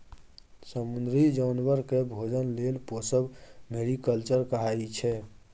समुद्री जानबर केँ भोजन लेल पोसब मेरीकल्चर कहाइ छै